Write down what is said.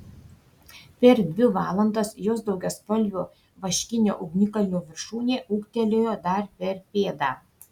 per dvi valandas jos daugiaspalvio vaškinio ugnikalnio viršūnė ūgtelėjo dar per pėdą